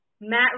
Matt